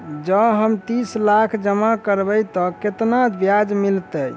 जँ हम तीस लाख जमा करबै तऽ केतना ब्याज मिलतै?